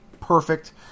perfect